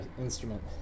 instrument